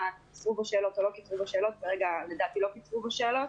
קיצרו בשאלות או לא קיצרו בשאלות כאשר לדעתי לא קיצרו בשאלות.